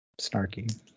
snarky